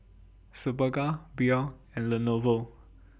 Superga Biore and Lenovo